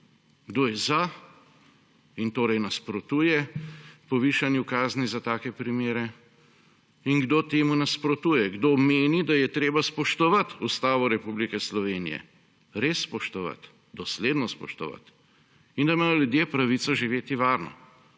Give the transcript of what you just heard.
Kdo je za in torej nasprotuje povišanju kazni za take primere in kdo temu nasprotuje. Kdo meni, da je treba spoštovati Ustavo Republike Slovenije, res spoštovati, dosledno spoštovati in da imajo ljudje pravico živeti varno.